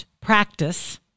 practice